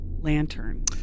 lantern